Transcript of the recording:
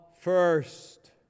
first